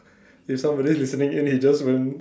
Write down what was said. if somebody is listening in he just went